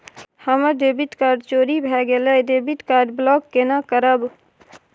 हमर debit card चोरी भगेलै डेबिट कार्ड ब्लॉक केना करब?